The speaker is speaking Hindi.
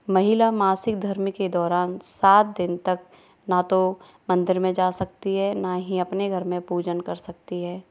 महिला मासिक धर्म के दौरान सात दिन तक ना तो मंदिर में जा सकती हैं और ना ही अपने घर में पूजन कर सकती हैं